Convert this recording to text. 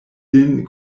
lin